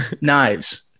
knives